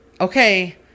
okay